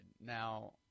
Now